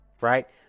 right